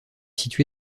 situé